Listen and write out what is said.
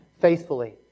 faithfully